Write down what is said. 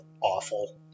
awful